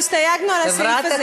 אנחנו הסתייגנו לסעיף הזה.